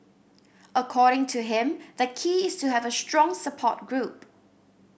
according to him the key is to have a strong support group